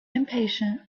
impatient